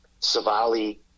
Savali